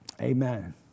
Amen